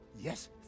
yes